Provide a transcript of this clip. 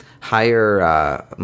higher